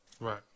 Right